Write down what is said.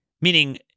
meaning